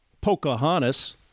Pocahontas